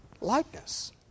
likeness